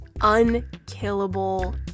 unkillable